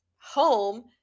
home